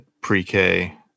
pre-K